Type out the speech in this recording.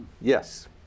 Yes